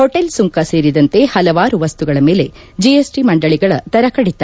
hotel ಸುಂಕ ಸೇರಿದಂತೆ ಪಲವಾರು ವಸ್ತುಗಳ ಮೇಲೆ ಜಿಎಸ್ಟಿ ಮಂಡಳಗಳ ದರ ಕಡಿತ